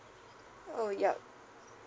oh yup